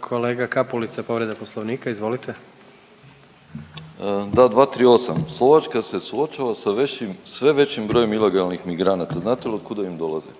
Kolega Kapulica, povreda Poslovnika. Izvolite. **Kapulica, Mario (HDZ)** Da, 238. Slovačka se suočava sa većim, sve većim brojem ilegalnih migranata. Znate li otkuda im dolaze?